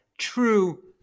true